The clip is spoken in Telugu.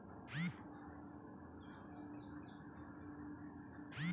మెర్సరైజ్డ్ పత్తి ఎక్కువ సార్లు ఉతుకులకి వేసిన కూడా రంగు పోకుండా అలానే ఎక్కువ కాలం ఉంటుంది